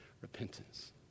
repentance